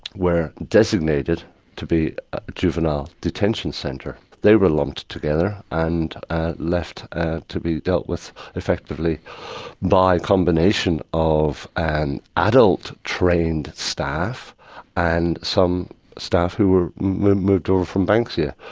were designated to be a juvenile detention centre. they were lumped together and left to be dealt with effectively by a combination of an adult trained staff and some staff who were moved over from banksia.